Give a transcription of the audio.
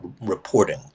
reporting